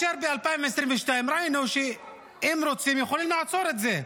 ב-2022 ראינו שאם רוצים יכולים לעצור את זה,